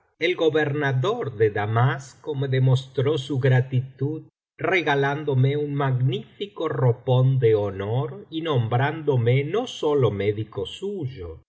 el gobernador de damasco me demostró su gratitud regalándome un magnífico ropón de honor y nombrándome no sólo médico suyo